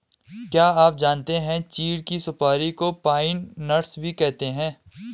क्या आप जानते है चीढ़ की सुपारी को पाइन नट्स भी कहते है?